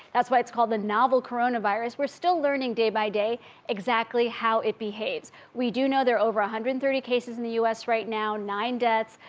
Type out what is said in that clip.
that's why it's called the novel coronavirus. we're still learning day-by-day exactly how it behaves. we do know they're over a one hundred and thirty cases in the us right now. nine deaths.